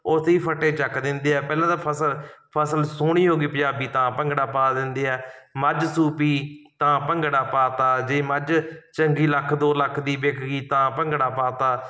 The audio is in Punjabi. ਉੱਥੇ ਹੀ ਫੱਟੇ ਚੁੱਕ ਦਿੰਦੇ ਆ ਪਹਿਲਾਂ ਤਾਂ ਫਸਲ ਫਸਲ ਸੋਹਣੀ ਹੋ ਗਈ ਪੰਜਾਬੀ ਤਾਂ ਭੰਗੜਾ ਪਾ ਦਿੰਦੇ ਆ ਮੱਝ ਸੂ ਪਈ ਤਾਂ ਭੰਗੜਾ ਪਾ ਦਿੱਤਾ ਜੇ ਮੱਝ ਚੰਗੀ ਲੱਖ ਦੋ ਲੱਖ ਦੀ ਵਿਕ ਗਈ ਤਾਂ ਭੰਗੜਾ ਪਾ ਦਿੱਤਾ